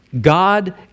God